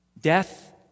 death